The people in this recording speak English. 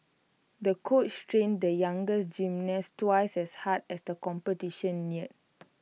the coach trained the younger gymnast twice as hard as the competition neared